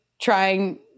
trying